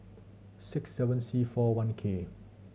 six seven C four one K